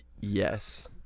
Yes